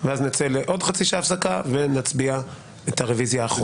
ואז נצא לעוד חצי שעה הפסקה ונצביע על הרביזיה האחרונה.